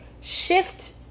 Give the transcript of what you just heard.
shift